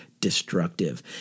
Destructive